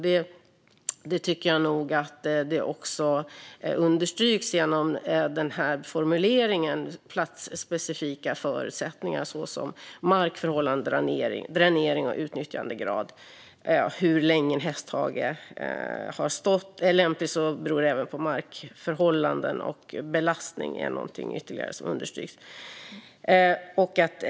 Det tycker jag nog också understryks genom formuleringen "platsspecifika förutsättningar" såsom markförhållanden, dränering och utnyttjandegrad. Hur länge en hästhage är lämplig beror också på markförhållanden, och belastning är ytterligare något som understryks.